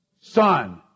Son